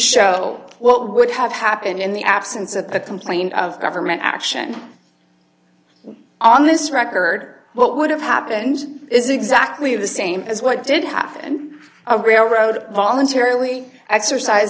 show what would have happened in the absence of a complaint of government action on this record what would have happened is exactly the same as what did happen a railroad voluntarily exercise